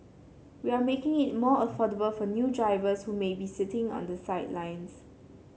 we are making it more affordable for new drivers who may be sitting on the sidelines